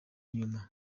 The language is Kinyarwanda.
inyuma